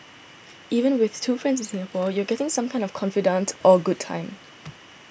even with two friends in Singapore you're getting some kind of a confidante or a good time